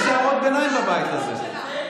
אל תפגע בכבוד שלה.